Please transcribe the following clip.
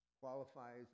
qualifies